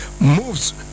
moves